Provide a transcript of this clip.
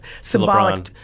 Symbolic